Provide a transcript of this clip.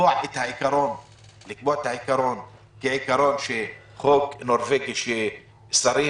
לקבוע את העיקרון כעיקרון בחוק נורווגי, ששרים